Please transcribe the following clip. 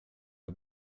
ett